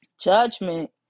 Judgment